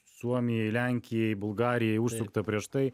suomijai lenkijai bulgarijai užsukta prieš tai